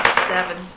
Seven